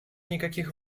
никаких